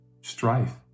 strife